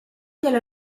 della